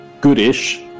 goodish